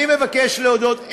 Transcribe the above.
אני מבקש להודות,